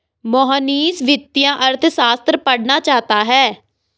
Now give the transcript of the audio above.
मोहनीश वित्तीय अर्थशास्त्र पढ़ना चाहता है